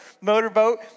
motorboat